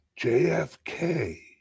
JFK